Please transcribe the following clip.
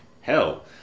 Hell